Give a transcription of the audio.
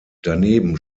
daneben